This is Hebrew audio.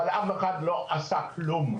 אבל אף אחד לא עושה כלום,